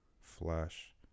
Flash